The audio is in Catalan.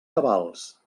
cabals